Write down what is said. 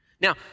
Now